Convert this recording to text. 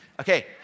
Okay